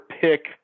pick